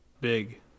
big